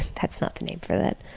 that's not the name for that.